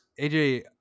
AJ